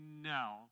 no